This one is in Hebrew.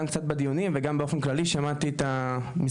קצת בדיונים וגם באופן כללי שמעתי את המשרדים,